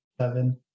seven